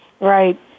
Right